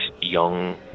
young